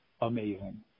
amazing